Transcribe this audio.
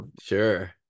sure